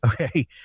Okay